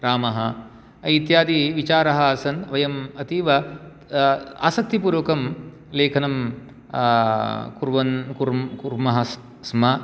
रामः इत्यादिविचाराः आसन् वयम् अतीव आसक्तिपूर्वकं लेखनं कुर्वन् कुर् कुर्मः स्म